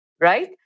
right